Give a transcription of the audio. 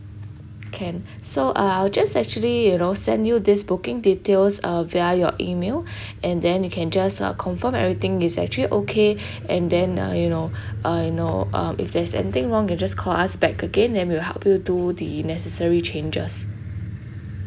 can so uh I'll just actually you know send you this booking details uh via your email and then you can just uh confirm everything is actually okay and then uh you know uh you know um if there's anything wrong you just call us back again then we'll help you do the necessary changes